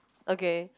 okay